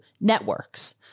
networks